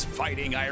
fighting